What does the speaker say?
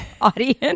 audience